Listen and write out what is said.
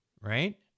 right